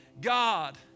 God